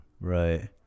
Right